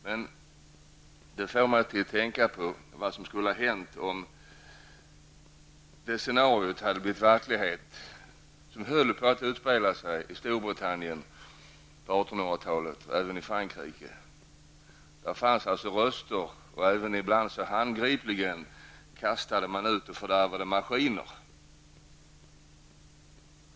Detta får mig att tänka på vad som skulle ha hänt om det scenario hade blivit verklighet som höll på att utspela sig i Storbritannien, och även i Frankrike' på 1800-talet. Där fanns alltså röster mot utvecklingen, och ibland gick man handgripligt till väga och kastade ut och fördärvade maskiner.